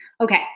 Okay